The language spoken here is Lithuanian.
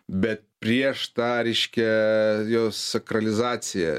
bet prieš tą reiškia jos sakralizaciją